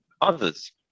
others